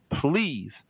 Please